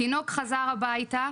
תינוק חזר הביתה,